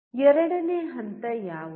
ಎರಡನೇ ಹಂತ ಯಾವುದು